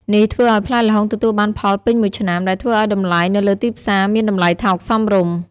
នេះធ្វើឱ្យផ្លែល្ហុងទទួលបានផលពេញមួយឆ្នាំ ដែលធ្វើឲ្យតម្លៃនៅលើទីផ្សារមានតម្លៃថោកសមរម្យ។